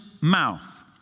mouth